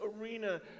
arena